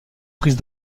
prise